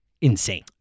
insane